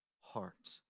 heart